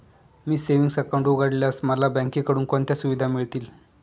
मी savings account उघडल्यास मला बँकेकडून कोणत्या सुविधा मिळतील?